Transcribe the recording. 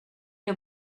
der